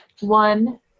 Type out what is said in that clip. one